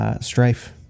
strife